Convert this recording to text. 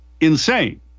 insane